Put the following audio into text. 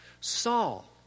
Saul